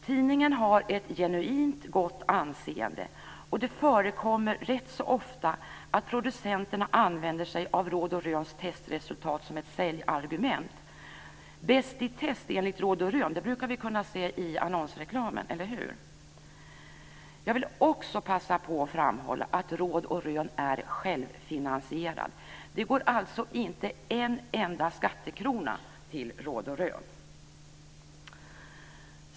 Tidningen har ett genuint gott anseende, och det förekommer rätt ofta att producenter använder sig av Råd & Röns testresultat som ett säljargument. "Bäst i test enligt Råd och rön" brukar vi kunna se i annonsreklamen, eller hur? Jag vill också passa på att framhålla att Råd och Rön är självfinansierad. Det går alltså inte en enda skattekrona till Råd och Rön.